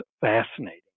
fascinating